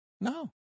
No